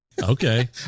Okay